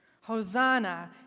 Hosanna